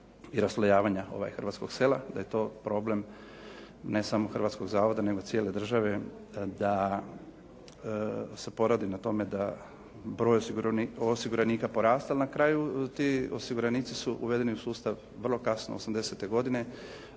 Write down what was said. i raslojavanja hrvatskog sela, da je to problem ne samo hrvatskog zavoda, nego cijele države da se poradi na tome da broj osiguranika poraste. Ali na kraju ti osiguranici su uvedeni u sustav vrlo kasno 1980. donošenjem